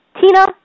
tina